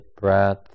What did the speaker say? breath